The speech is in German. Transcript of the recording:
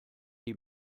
die